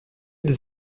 des